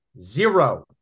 Zero